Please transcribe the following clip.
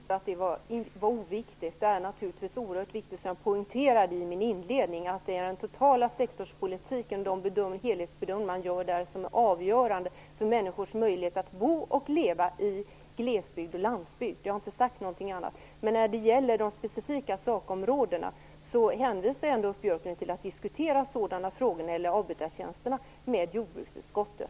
Fru talman! Jag sade inte att det var oviktigt. Det är naturligtvis oerhört viktigt. Som jag poängterade i min inledning är det den totala sektorspolitiken och de helhetsbedömningar man gör där som är avgörande för människors möjlighet att bo och leva i glesbygd och landsbygd. Jag har inte sagt någonting annat. Men när det gäller de specifika sakområdena hänvisar jag Ulf Björklund till att diskutera t.ex. avbytartjänsterna med jordbruksutskottet.